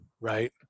right